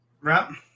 Right